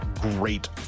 great